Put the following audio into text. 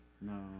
No